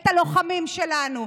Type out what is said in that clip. את הלוחמים שלנו,